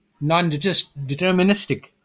non-deterministic